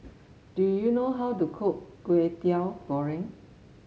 do you know how to cook Kway Teow Goreng